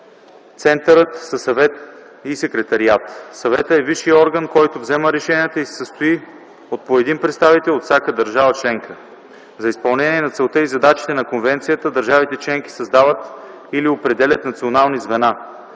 Центъра са Съвет и Секретариат. Съветът е висшият орган, който взема решенията и се състои от по един представител на всяка държава членка. За изпълнение на целта и задачите на Конвенцията държавите членки създават или определят национални звена.